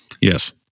Yes